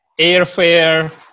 airfare